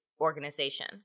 organization